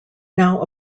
now